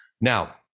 now